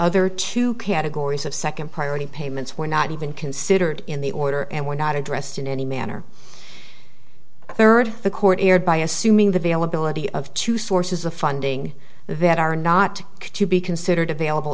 other two categories of second priority payments were not even considered in the order and were not addressed in any manner third the court erred by assuming the bail ability of two sources of funding that are not to be considered available